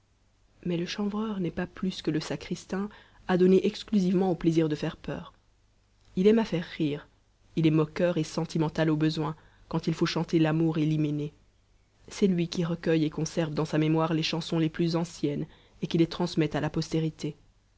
mais le chanvreur n'est pas plus que le sacristain adonné exclusivement au plaisir de faire peur il aime à faire rire il est moqueur et sentimental au besoin quand il faut chanter l'amour et l'hyménée c'est lui qui recueille et conserve dans sa mémoire les chansons les plus anciennes et qui les transmet à la postérité